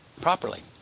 properly